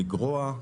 לגרוע,